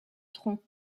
tronc